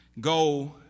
go